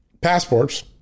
passports